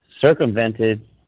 circumvented